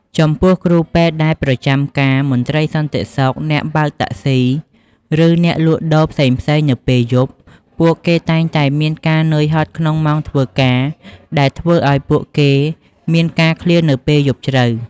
ចំពោះគ្រូពេទ្យដែលប្រចាំការ មន្ត្រីសន្តិសុខ អ្នកបើកតាក់ស៊ី ឬអ្នកលក់ដូរផ្សេងៗនៅពេលយប់ ពួកគេតែងតែមានការនើយហត់ក្នុងម៉ោងធ្វើការ ដែលធ្វើឱ្យពួកគេមានការឃ្លាននៅពេលយប់ជ្រៅ។